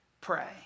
Pray